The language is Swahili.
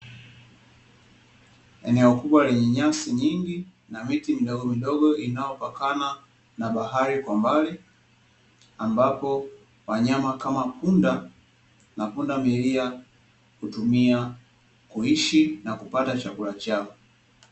Eneo kubwa lenye nyasi nyingi na miti midogo midogo, inayopakana na bahari kwa mbali, ambapo wanyama kama punda na pundamilia, hutumia kuishi na kupata chakula chao.